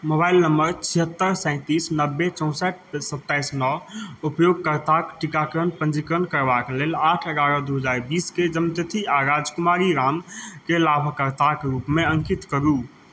mobile number छिहत्तरि सैँतिस नब्बे चौँसठि सत्ताइस नओ उपयोगकर्ताके टीकाकरण पञ्जीकरण करबाक लेल आठ एगारह दुइ हजार बीसके जनमतिथि आओर राजकुमारी रामकेँ लाभकर्ताके रूपमे अङ्कित करू